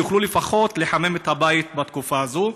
כדי שיוכלו לחמם את הבית בתקופה הזאת.